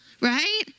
Right